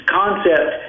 concept